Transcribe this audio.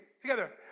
together